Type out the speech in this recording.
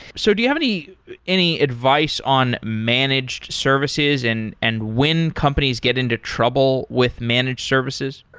so do you have any any advice on managed services and and when companies get into trouble with managed services?